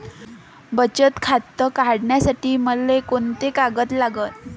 बचत खातं काढासाठी मले कोंते कागद लागन?